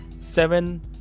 Seven